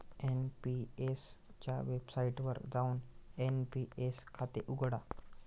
NPS च्या वेबसाइटवर जाऊन एन.पी.एस खाते उघडा